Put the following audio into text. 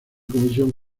comisión